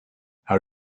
how